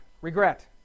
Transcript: regret